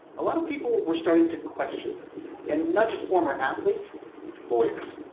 a lot of people were starting to question this and not just former athletes lawyers.